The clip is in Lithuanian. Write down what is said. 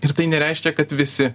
ir tai nereiškia kad visi